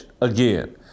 again